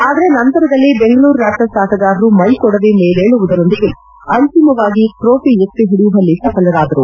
ಆದರೆ ನಂತರದಲ್ಲಿ ಬೆಂಗಳೂರು ರ್ಯಾಪ್ವರ್ಪ್ ಆಟಗಾರರು ಮ್ಯೆಕೊಡವಿ ಮೆಲೇಳುವುದರೊಂದಿಗೆ ಅಂತಿಮವಾಗಿ ಟ್ರೋಫಿ ಎತ್ತಿ ಹಿಡಿಯುವಲ್ಲಿ ಸಫಲರಾದರು